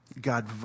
God